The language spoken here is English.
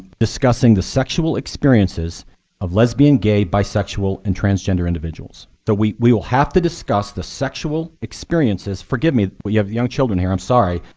discussing the sexual experiences of lesbian, gay, bisexual, and transgender individuals. that we we will have to discuss the sexual experiences forgive me, we have young children here, i'm sorry,